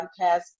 podcast